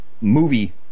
movie